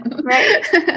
Right